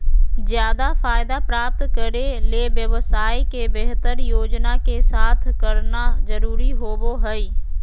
ज्यादा फायदा प्राप्त करे ले व्यवसाय के बेहतर योजना के साथ करना जरुरी होबो हइ